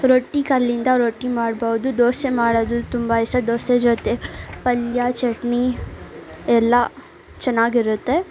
ರೊಟ್ಟಿ ಕಲ್ಲಿಂದ ರೊಟ್ಟಿ ಮಾಡ್ಬೌದು ದೋಸೆ ಮಾಡೋದು ತುಂಬ ಇಷ್ಟ ದೋಸೆ ಜೊತೆ ಪಲ್ಯ ಚಟ್ನಿ ಎಲ್ಲ ಚೆನ್ನಾಗಿರುತ್ತೆ